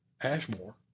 Ashmore